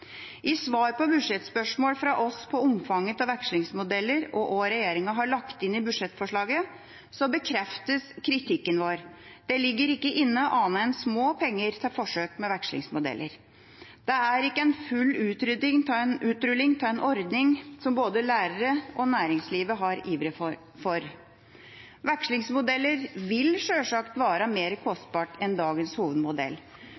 I svar på budsjettspørsmål fra oss om omfanget av vekslingsmodeller og hva regjeringa har lagt inn i budsjettforslaget, bekreftes kritikken vår. Det ligger ikke inne annet enn små penger til forsøk med vekslingsmodeller. Det er ikke en full utrulling av en ordning både lærere og næringslivet har ivret for. Vekslingsmodeller vil selvsagt være mer kostbart enn dagens hovedmodell.